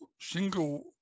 single